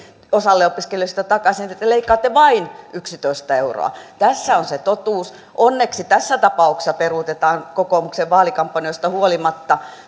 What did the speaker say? osalle opiskelijoista takaisin eli te leikkaatte vain yksitoista euroa tässä on se totuus onneksi tässä tapauksessa peruutetaan kokoomuksen vaalikampanjoista huolimatta